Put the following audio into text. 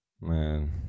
man